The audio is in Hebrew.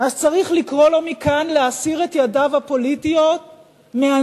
אז צריך לקרוא לו מכאן להסיר את ידיו הפוליטיות מהמינויים